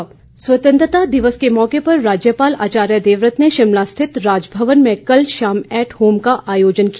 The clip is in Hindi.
ऐटहोम स्वतंत्रता दिवस के मौके पर राज्यपाल आचार्य देवव्रत ने शिमला स्थित राजभवन में कल शाम ऐट होम का आयोजन किया